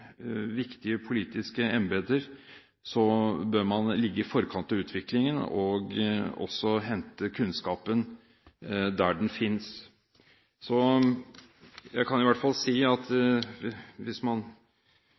viktige politiske embeter, bør man ligge i forkant av utviklingen og hente kunnskapen der den finnes. Så hvis man